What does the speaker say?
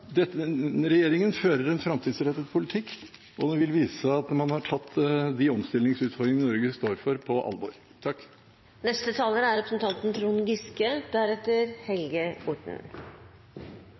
Regjeringen fører en framtidsrettet politikk, og det vil vise seg at man har tatt de omstillingsutfordringene Norge står overfor, på alvor.